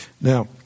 Now